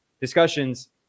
discussions